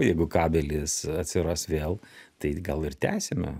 jeigu kabelis atsiras vėl tai gal ir tęsime